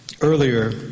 earlier